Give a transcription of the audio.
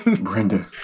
Brenda